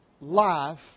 life